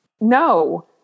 No